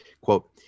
quote